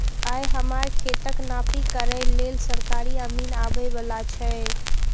आइ हमर खेतक नापी करै लेल सरकारी अमीन आबै बला छै